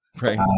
right